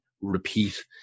repeat